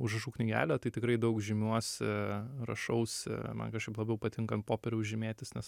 užrašų knygelę tai tikrai daug žymiuosi rašausi man kažkaip labiau patinka ant popieriaus žymėtis nes